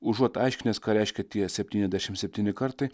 užuot aiškinęs ką reiškia tie septyniasdešim septyni kartai